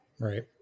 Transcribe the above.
Right